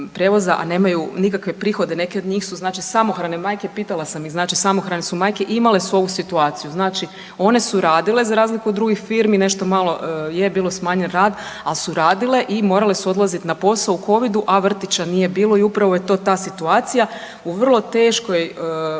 a nemaju nikakve prihode. Neke od njih su samohrane majke, pitala sam ih, znači samohrane su majke i imale su ovu situaciju. Znači one su radile, za razliku od drugih firmi, nešto malo je bio smanjen rad, ali su radile i morale su odlaziti na posao u covidu, a vrtića nije bilo i upravo je ta situacija u vrlo teško